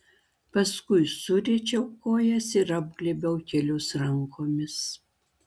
paskui suriečiau kojas ir apglėbiau kelius rankomis